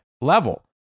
level